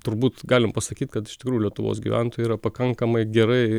turbūt galim pasakyt kad iš tikrųjų lietuvos gyventojai yra pakankamai gerai